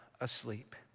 asleep